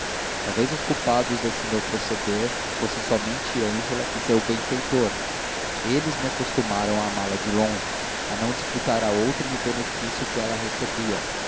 talvez os culpados desse meu proceder fossem somente ângela e seu benfeitor eles me acostumaram a amá-la de longe a não disputar a outrem o benefício que ela recebia